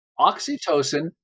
oxytocin